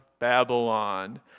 Babylon